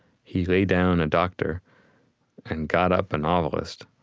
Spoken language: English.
he lay down a doctor and got up a novelist,